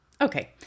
Okay